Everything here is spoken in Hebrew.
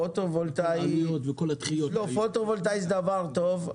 פוטו וולטאי זה דבר טוב,